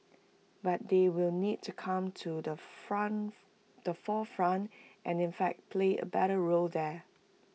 but they will need to come to the front the forefront and in fact play A better role there